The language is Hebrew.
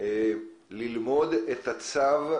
ללמוד את הצו,